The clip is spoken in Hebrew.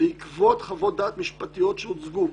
בעקבות חוות דעת משפטיות שהוצגו,